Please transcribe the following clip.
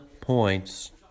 points